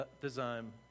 design